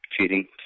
cheating